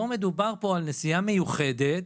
פה מדובר על נסיעה מיוחדת,